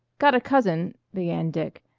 got a cousin began dick,